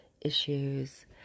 issues